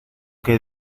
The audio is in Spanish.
que